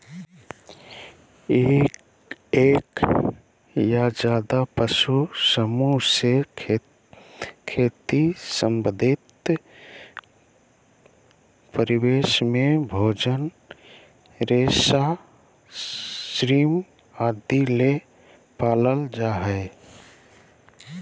एक या ज्यादे पशु समूह से खेती संबंधित परिवेश में भोजन, रेशा, श्रम आदि ले पालल जा हई